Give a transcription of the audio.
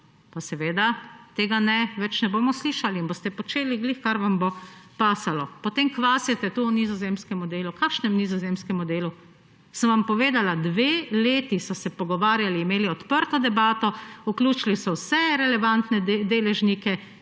nadzorom, tega več ne bomo slišali in boste počeli ravno, kar vam bo pasalo. In potem kvasite tu o nizozemskem modelu. Kakšnem nizozemskem modelu? Sem vam povedala, dve leti so se pogovarjali, imeli odprto debato, vključili so vse relevantne deležnike.